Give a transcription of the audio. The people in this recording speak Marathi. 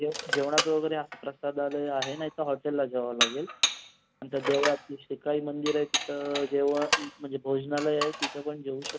जेव जेवणाचं वगैरे प्रसादालय आहे नाहीतर हॉटेलला जेवावं लागेल नाहीतर देवळात ते श्रीकाई मंदिर आहे तिथं जेवण म्हणजे भोजनालय आहे तिथं पण जेवू शकतो